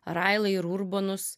railai ir urbonus